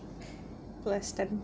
bless them